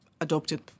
adopted